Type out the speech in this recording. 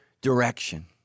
direction